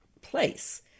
place